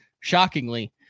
shockingly